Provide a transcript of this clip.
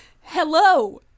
Hello